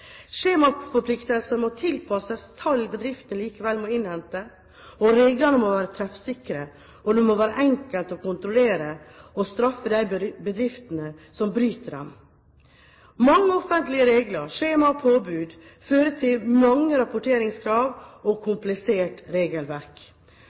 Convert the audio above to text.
må tilpasses tall bedriftene likevel må innhente. Reglene må være treffsikre, og det må være enkelt å kontrollere og straffe de bedriftene som bryter dem. Mange offentlige regler, skjemaer og påbud fører til mange rapporteringskrav og